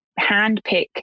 handpick